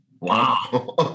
wow